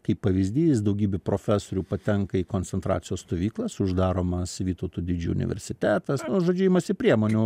kaip pavyzdys daugybė profesorių patenka į koncentracijos stovyklas uždaromas vytauto didžiojo universitetas nu žodžiu imasi priemonių